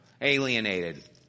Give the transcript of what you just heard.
alienated